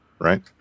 right